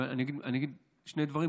אני אגיד שני דברים,